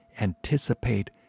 anticipate